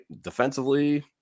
Defensively